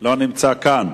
לא נמצא כאן.